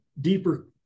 deeper